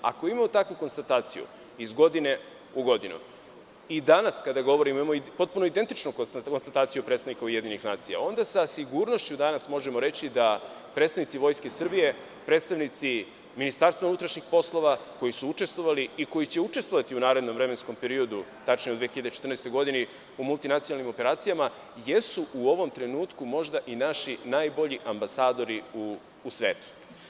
Ako imamo takvu konstataciju iz godine u godinu, i danas kada govorimo imamo potpuno identičnu konstataciju predsednika UN, onda sa sigurnošću danas možemo reći da predstavnici Vojske Srbije, predstavnici MUP, koji su učestvovali i koji će učestvovati u narednom vremenskom periodu, tačnije od 2014. godine, u multinacionalnim operacijama, jesu u ovom trenutku možda i naši najbolji ambasadori u svetu.